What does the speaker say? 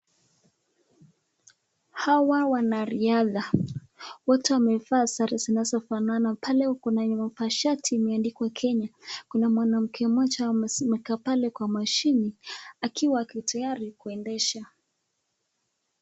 Hawa ni wanariadha. Wote wamevaa sare zinazofanana pale kuna nyuma kwa shati imeandikwa Kenya. Kuna mwanamke mmoja amekaa pale kwa mashine akiwa akitayari kuendesha.